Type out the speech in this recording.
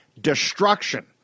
destruction